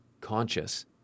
conscious